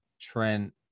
Trent